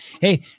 hey